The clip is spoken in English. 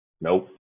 Nope